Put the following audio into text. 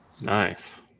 Nice